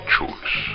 choice